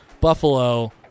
Buffalo